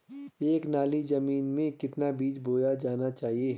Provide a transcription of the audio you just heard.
एक नाली जमीन में कितना बीज बोया जाना चाहिए?